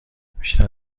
بیشتر